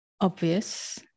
obvious